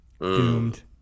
Doomed